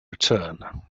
return